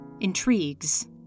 intrigues